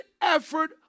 effort